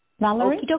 Valerie